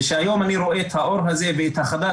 וכשהיום אני רואה את האור הזה ואת החדש